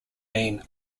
mean